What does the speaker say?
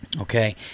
okay